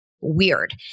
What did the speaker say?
Weird